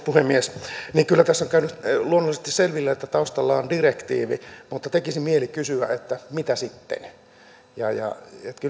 puhemies kyllä tässä on käynyt luonnollisesti selville että taustalla on direktiivi mutta tekisi mieli kysyä että mitä sitten